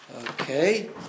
Okay